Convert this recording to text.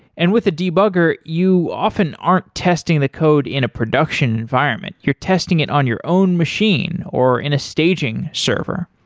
and with the debugger, you often aren't testing the code in a production environment. you're testing it on your own machine or in a staging server.